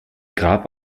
grab